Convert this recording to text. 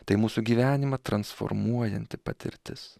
tai mūsų gyvenimą transformuojanti patirtis